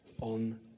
on